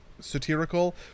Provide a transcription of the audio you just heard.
satirical